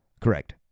Correct